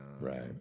right